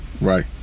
Right